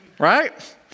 right